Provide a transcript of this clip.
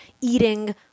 eating